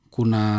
Kuna